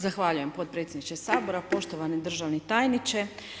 Zahvaljujem potpredsjedniče sabora, poštovani državni tajniče.